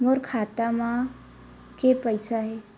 मोर खाता म के पईसा हे?